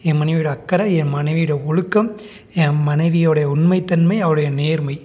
என் மனைவியோடய அக்கறை என் மனைவியோடய ஒழுக்கம் என் மனைவியோடைய உண்மை தன்மை அவளுடைய நேர்மை